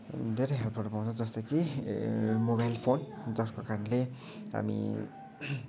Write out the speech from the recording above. धेरै हेल्पहरू पउँछ जस्तै कि मोबाइल फोन जसको कारणले हामी